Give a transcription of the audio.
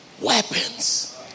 weapons